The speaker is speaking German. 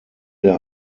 der